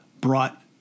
brought